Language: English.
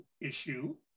issue